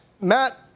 Matt